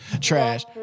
Trash